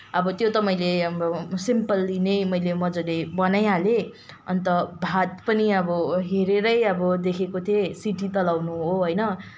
अब त्यो त मैले अब सिम्पली नै मैले मजाले बनाइहालेँ अन्त भात पनि अब हेरेरै अब देखेको थिएँ सिटी त लगाउनु हो होइन